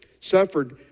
suffered